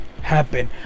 happen